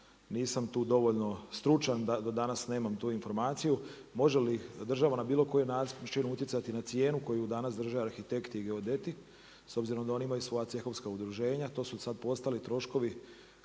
nisam tu dovoljno stručan da danas nemam tu informaciju može li država na bilo koji način utjecati na cijenu koju danas drže arhitekti i geodeti s obzirom da oni imaju svoja cehovska udruženja. To su sad postali troškovi